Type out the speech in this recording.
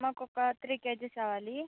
మాకొక three kgs కావాలి